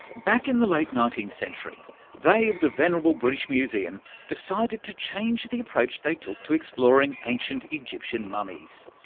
back in the late nineteenth century they of the venerable british museum decided to change the approach they took to exploring ancient egyptian mummies.